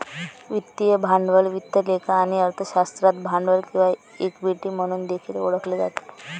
वित्तीय भांडवल वित्त लेखा आणि अर्थशास्त्रात भांडवल किंवा इक्विटी म्हणून देखील ओळखले जाते